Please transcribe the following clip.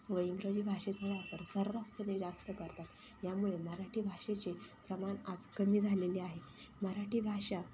व इंग्रजी भाषेचा वापर सर्रासपणे जास्त करतात यामुळे मराठी भाषेचे प्रमाण आज कमी झालेले आहे मराठी भाषा